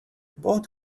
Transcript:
both